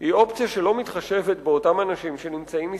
היא אופציה שאיננה מתחשבת באותם אנשים שנמצאים מסביב.